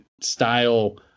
style